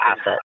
asset